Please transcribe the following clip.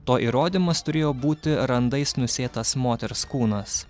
to įrodymas turėjo būti randais nusėtas moters kūnas